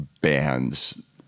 bands